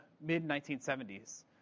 mid-1970s